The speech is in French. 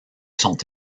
sont